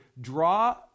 draw